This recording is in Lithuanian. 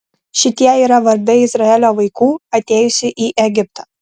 šitie yra vardai izraelio vaikų atėjusių į egiptą